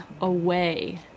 away